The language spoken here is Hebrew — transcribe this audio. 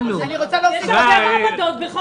יש הרבה מעבדות בכל הארץ.